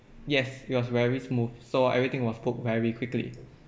yes it was very smooth so everything was booked very quickly